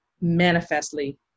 manifestly